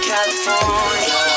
California